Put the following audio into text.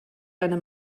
deine